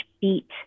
beat